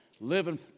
Living